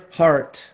heart